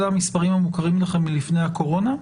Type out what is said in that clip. אלה המספרים המוכרים לכם לפני הקורונה?